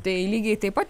tai lygiai taip pat